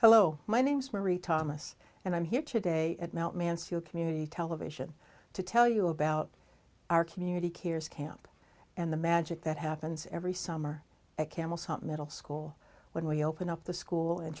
hello my name is marie thomas and i'm here today at mt mansfield community television to tell you about our community cares camp and the magic that happens every summer at camel's hump middle school when we open up the school and